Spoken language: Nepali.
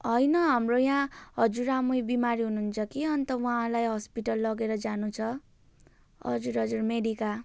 होइन हाम्रो यहाँ हजुरआमै बिमारी हुनु हुन्छ कि अन्त उहाँलाई हस्पिटल लगेर जानु छ हजुर हजुर मेडिका